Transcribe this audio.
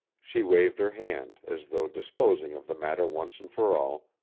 she waved her hand, as though disposing of the matter once and for all,